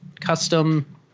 custom